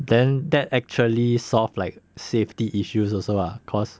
then that actually solve like safety issues also ah cause